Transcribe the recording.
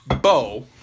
bow